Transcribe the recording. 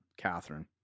Catherine